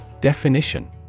Definition